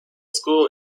school